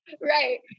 right